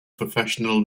professional